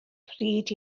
pryd